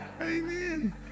Amen